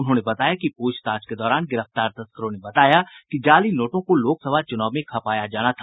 उन्होंने बताया कि पूछताछ के दौरान गिरफ्तार तस्करों ने बताया कि जाली नोटों को लोकसभा चुनाव में खपाया जाना था